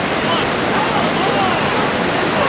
one. oh! i know what you did